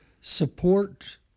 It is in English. support